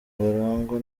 barangwa